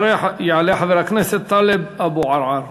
יעלה חבר הכנסת טלב אבו עראר.